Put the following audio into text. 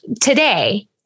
today